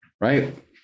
right